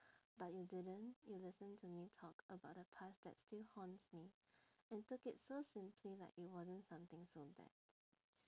but you didn't you listened to me talk about the past that still haunts me and took it so simply like it wasn't something so bad